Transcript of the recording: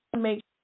make